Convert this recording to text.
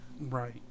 right